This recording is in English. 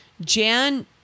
Jan